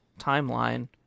timeline